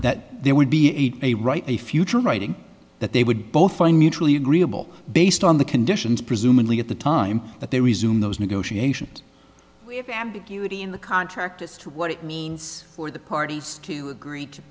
that there would be a a right to a future in writing that they would both find mutually agreeable based on the conditions presumably at the time that they resume those negotiations we have ambiguity in the contract as to what it means for the parties to agree